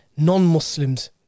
Non-Muslims